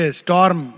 storm